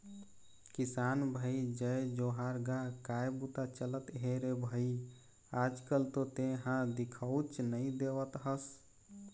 किसान भाई जय जोहार गा काय बूता चलत हे रे भई आज कल तो तेंहा दिखउच नई देवत हस?